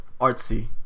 artsy